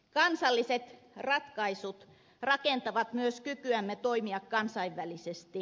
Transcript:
kansalliset ratkaisut rakentavat myös kykyämme toimia kansainvälisesti